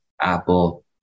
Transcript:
Apple